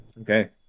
Okay